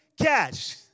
catch